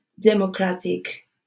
democratic